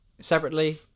Separately